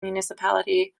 municipality